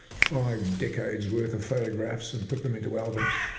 five decades worth of photographs and put them into albums.